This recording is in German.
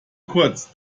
kurz